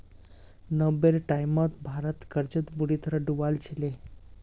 नब्बेर टाइमत भारत कर्जत बुरी तरह डूबाल छिले